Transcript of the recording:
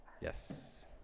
Yes